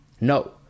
No